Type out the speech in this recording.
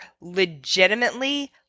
legitimately